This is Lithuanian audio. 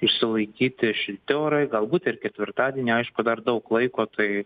išsilaikyti šilti orai galbūt ir ketvirtadienį aišku dar daug laiko tai